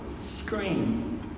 scream